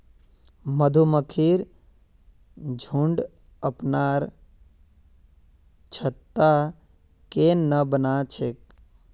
मधुमक्खिर झुंड अपनार छत्ता केन न बना छेक